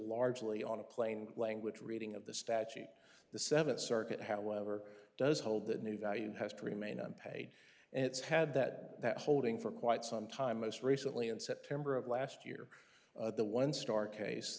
largely on a plain language reading of the statute the seventh circuit however does hold that new value has to remain unpaid and it's had that holding for quite some time most recently in september of last year the one star case